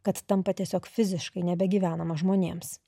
kad tampa tiesiog fiziškai nebegyvenama žmonėms